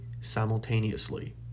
simultaneously